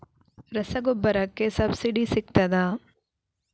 ರಸಗೊಬ್ಬರಕ್ಕೆ ಸಬ್ಸಿಡಿ ಸಿಗ್ತದಾ?